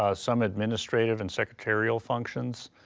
ah some administrative and secretarial functions